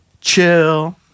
Chill